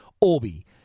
Orbi